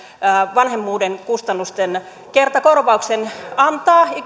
vanhemmuuden kustannusten kertakorvauksen antaa